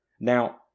Now